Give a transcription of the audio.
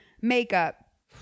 Makeup